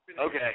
Okay